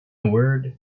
word